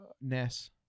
Ness